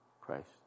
Christ